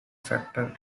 factor